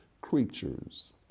creatures